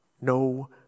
No